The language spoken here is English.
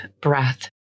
breath